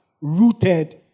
rooted